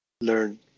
learn